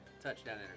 Touchdown